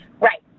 Right